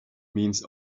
means